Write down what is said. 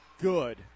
Good